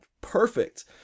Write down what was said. perfect